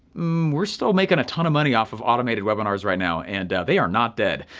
we're still making a ton of money off of automated webinars right now and they are not dead.